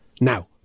Now